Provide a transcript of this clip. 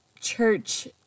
church